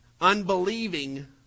unbelieving